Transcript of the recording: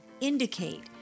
Indicate